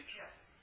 Yes